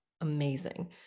amazing